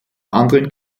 anderen